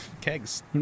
kegs